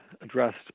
addressed